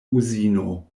uzino